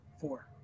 Four